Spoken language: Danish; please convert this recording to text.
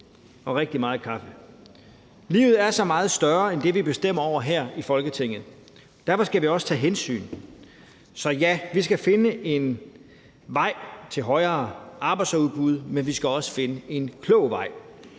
og rigtig meget kaffe. Livet er så meget større end det, vi bestemmer over her i Folketinget. Derfor skal vi også tage hensyn. Så ja, vi skal finde en vej til højere arbejdsudbud, men vi skal også finde en klog vej.